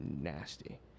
nasty